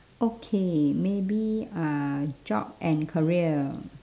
okay maybe uh job and career